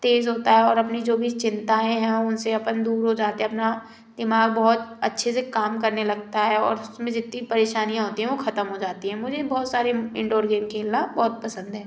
तेज होता है और जो भी अपनी चिंताएं हैं उसे अपन दूर हो जाते हैं अपना दिमाग बहुत अच्छे से काम करने लगता है और उसमें जितनी परेशानियां होती हैं वो खत्म हो जाती है मुझे बहुत सारे इंडोर गेम खेलना बहुत पसंद है